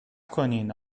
کنین